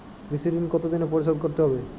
কৃষি ঋণ কতোদিনে পরিশোধ করতে হবে?